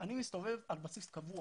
אני מסתובב על בסיס קבוע